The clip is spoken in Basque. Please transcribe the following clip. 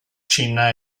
txina